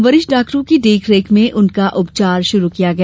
वरिष्ठ डाक्टरों की देखरेख में उनका उपचार शुरू किया गया